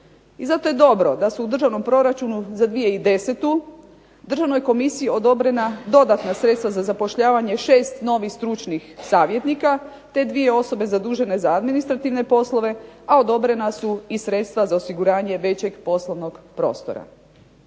I zato je dobro da se u državnom proračunu za 2010. državnoj komisija odobrena dodatna sredstva za zapošljavanje 6 novih stručnih savjetnika te dvije osobe zadužene za administrativne poslove, a odobrena su i sredstva za osiguranje većeg poslovnog prostora.